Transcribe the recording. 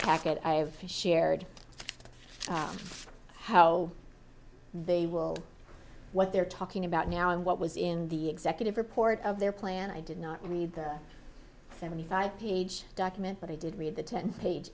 packet i have shared how they will what they're talking about now and what was in the executive report of their plan i did not read the seventy five page document but i did read the ten page